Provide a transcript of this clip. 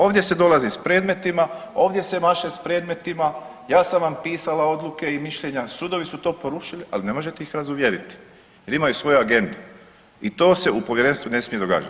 Ovdje se dolazi s predmetima, ovdje se maše s predmetima, ja sam vam pisala odluke i mišljenja, sudovi su to porušili, ali ne možete ih razuvjeriti jer imaju svoje agende i to se u povjerenstvu ne smije događat.